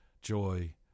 joy